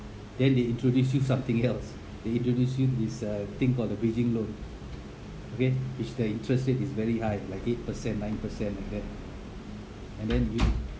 then they introduce you something else they introduce you this uh thing called the bridging loan okay which the interest rate is very high like eight percent nine percent like that and then you